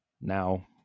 now